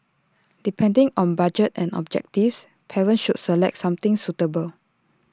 depending on budget and objectives parents should select something suitable